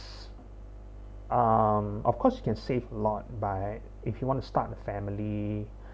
um of course you can save a lot but if you want to start a family